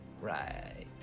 Right